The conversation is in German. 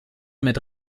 mit